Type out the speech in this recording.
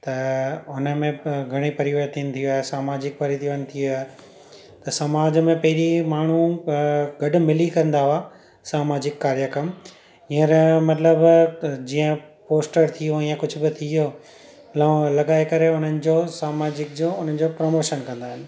त उनमें अ घणीई परिवर्तन थियो आहे सामाजिक परिवर्तनु थी विया त समाज में पहिरीं माण्हू अ गॾु मिली कंदा हुया सामाजिक कार्यक्रम हीअंर मतिलबु अ जीअं पोस्टर थी वियो या कुझु बि थी वियो लहो लॻाए करे उन्हनि जो सामाजिक जो हुनजो प्रमोशन कंदा आहिनि